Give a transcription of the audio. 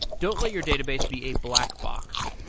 don't let your database be a black box.